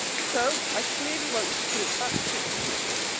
so, i clearly want to put it back to the people.